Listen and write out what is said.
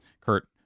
Kurt